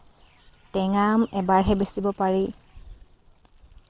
টেঙা আম এবাৰহে বেচিব পাৰি